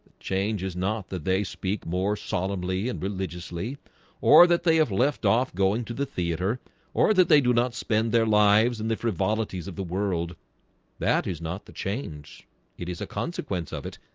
change is not that they speak more solemnly and religiously or that they have left off going to the theatre or that they do not spend their lives and the frivolities of the world that is not the change it is a consequence of it,